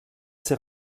ses